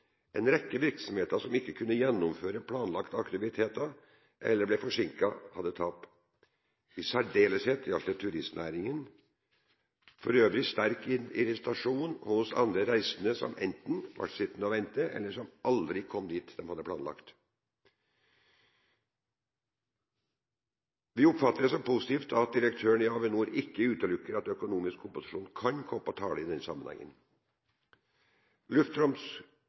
en rekke virksomheter som ikke kunne gjennomføre planlagte aktiviteter, eller ble forsinket, hadde tap. I særdeleshet gjaldt det turistnæringen. For øvrig var det sterk irritasjon hos andre reisende som enten ble sittende å vente, eller som aldri kom dit de hadde planlagt. Vi oppfatter det som positivt at direktøren i Avinor ikke utelukker at økonomisk kompensasjon kan komme på tale i